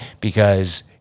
because-